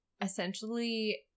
essentially